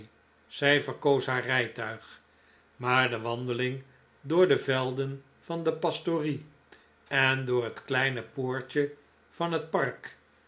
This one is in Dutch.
zij verkoos haar rijtuig maar de wandeling door de velden van de pastorie en door het kleine poortje van het park